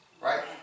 right